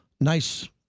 nice